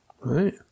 right